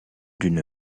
d’une